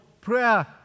prayer